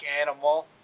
animal